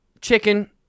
chicken